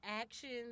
actions